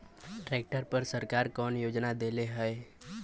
Tractor मे सरकार कवन योजना देले हैं?